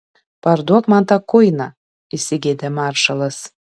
parduok man tą kuiną įsigeidė maršalas